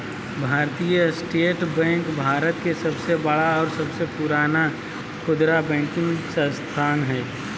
भारतीय state bank Bharat के सबसे बड़ा और सबसे पुराना खुदरा बैंकिंग संस्थान हइ